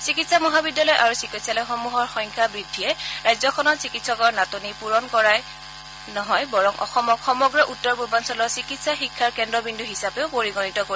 চিকিৎসা মহাবিদ্যালয় আৰু চিকিৎসালয়সমূহৰ সংখ্যা বৃদ্ধিয়ে ৰাজ্যখনত চিকিৎসকৰ নাটনি পূৰণ কৰাই নহয় বৰং অসমক সমগ্ৰ উত্তৰ পূৰ্বাঞ্চলৰ চিকিৎসা শিক্ষাৰ কেজ্ৰবিন্দু হিচাপেও পৰিগণিত কৰিব